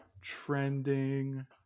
trending